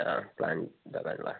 ആ പ്ലാൻ